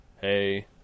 hey